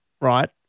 right